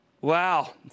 Wow